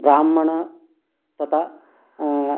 ब्राह्मणः तथा